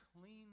clean